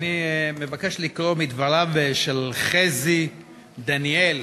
אני מבקש לקרוא מדבריו של חזי דניאל